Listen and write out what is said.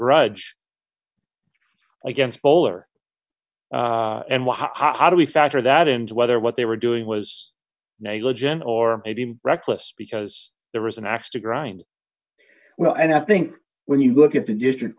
grudge against polar and well how do we factor that into whether what they were doing was negligent or maybe reckless because there was an ax to grind well and i think when you look at the district